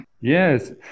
Yes